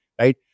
right